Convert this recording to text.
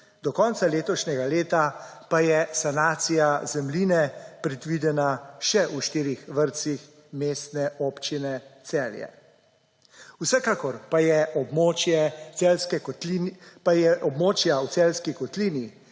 do konca letošnjega leta pa je sanacija zemljine predvidena še v štirih vrtcih Mestne občine Celje. Vsekakor pa je območja v Celjski kotlini,